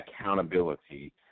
accountability